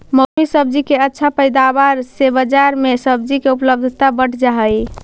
मौसमी सब्जि के अच्छा पैदावार से बजार में सब्जि के उपलब्धता बढ़ जा हई